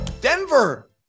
Denver